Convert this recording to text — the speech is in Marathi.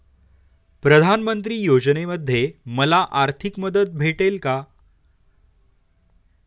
प्रधानमंत्री योजनेमध्ये मला आर्थिक मदत भेटेल का?